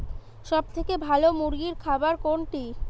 সবথেকে ভালো মুরগির খাবার কোনটি?